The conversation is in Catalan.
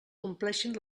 compleixin